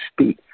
speak